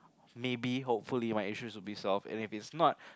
maybe hopefully my issues will be solved and if it's not